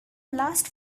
last